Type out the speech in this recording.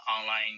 online